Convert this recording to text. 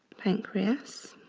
pancreas